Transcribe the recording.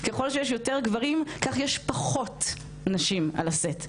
ככל שיש יותר גברים ככה יש פחות נשים על הסט.